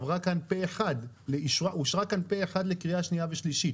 עברה כאן פה אחד והיא אושרה כאן פה אחד לקריאה שניה ושלישית